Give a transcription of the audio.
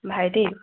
ভাইটি